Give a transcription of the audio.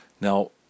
Now